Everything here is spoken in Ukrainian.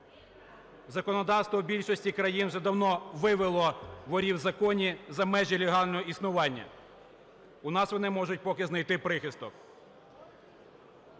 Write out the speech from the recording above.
Законодавство в більшості країн вже давно вивело "ворів в законі" за межі легального існування. У нас вони можуть поки знайти прихисток.